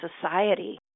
society